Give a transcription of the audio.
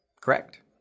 Correct